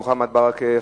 מוחמד ברכה,